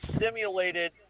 Simulated